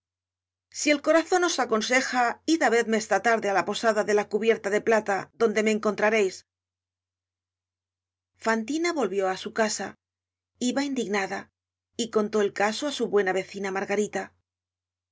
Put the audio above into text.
si el corazon os aconseja id á verme esta tarde á la posada de la cubierta de plata donde me encontrareis fantina volvió á su casa iba indignada y contó el caso á su buena vecina margarita